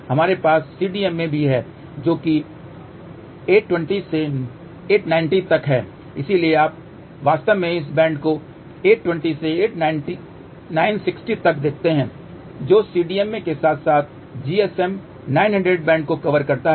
हमारे पास CDMA भी है जो 820 से 890 तक है इसलिए यदि आप वास्तव में इस बैंड को 820 से 960 तक देखते हैं जो CDMA के साथ साथ GSM 900 बैंड को कवर करता है